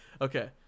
Okay